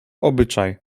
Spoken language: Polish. obyczaj